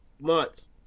months